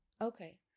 Okay